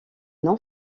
non